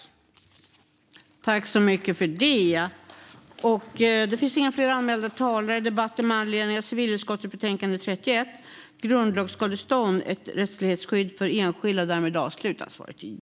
Grundlagsskadestånd - ett rättighetsskydd för enskilda